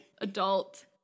adult